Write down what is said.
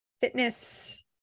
fitness